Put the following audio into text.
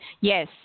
Yes